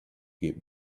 get